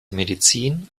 medizin